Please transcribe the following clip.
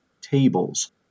tables